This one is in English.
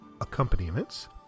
accompaniments